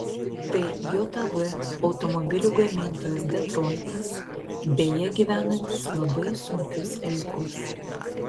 tai jav automobilių gamintojas detroitas beje gyvenantis labai sunkius laikus